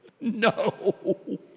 No